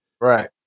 Right